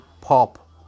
pop